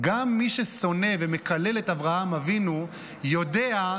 גם מי ששונא ומקלל את אברהם אבינו יודע,